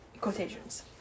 Quotations